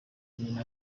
nyina